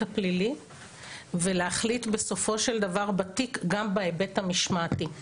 הפלילי ולהחליט בסופו של דבר בתיק גם בהיבט המשמעתי.